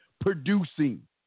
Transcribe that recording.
producing